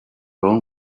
own